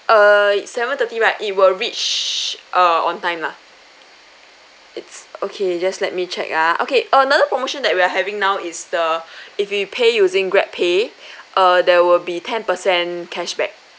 err seven thirty right it will reach uh on time lah it's okay just let me check ah okay another promotion that we are having now is the if you pay using GrabPay err there will be ten percent cashback